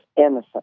innocent